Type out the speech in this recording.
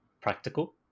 practical